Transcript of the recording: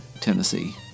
Tennessee